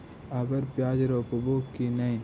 अबर प्याज रोप्बो की नय?